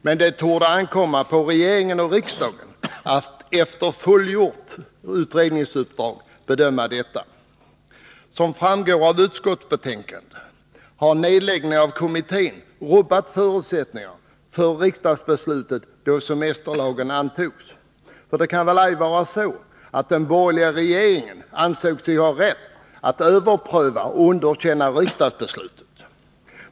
Men det torde ankomma på regering och riksdag att sedan utredningsuppdraget fullgjorts bedöma detta. Som framgår av utskottsbetänkandet har nedläggningen av kommittén rubbat förutsättningarna för riksdagsbeslutet då semesterlagen antogs. För det kan väl ej vara så, att den borgerliga regeringen ansåg sig ha rätt att överpröva och underkänna riksdagsbeslutet?